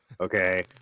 okay